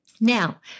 Now